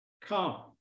come